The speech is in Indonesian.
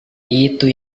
itu